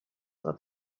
not